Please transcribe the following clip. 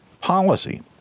policy